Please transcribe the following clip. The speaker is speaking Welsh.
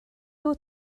wyt